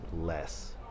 less